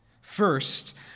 First